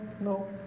no